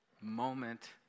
moment